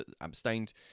abstained